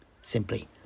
simply